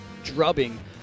Drubbing